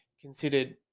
considered